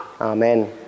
Amen